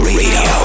radio